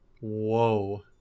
Whoa